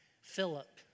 Philip